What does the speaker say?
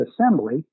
assembly